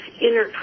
inner